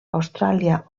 austràlia